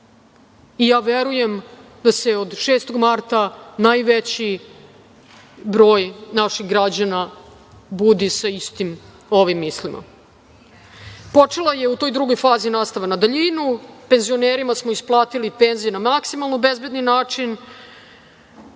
Ja verujem da se od 6. marta najveći broj naših građana budi sa istim ovim mislima. Počela je u toj drugoj fazi nastava na daljinu, penzionerima smo isplatili penzije na maksimalno bezbedni način.